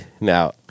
Now